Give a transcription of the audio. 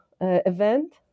event